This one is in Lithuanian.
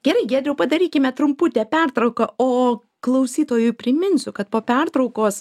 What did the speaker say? gerai giedriau padarykime trumputę pertrauką o klausytojui priminsiu kad po pertraukos